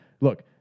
Look